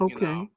Okay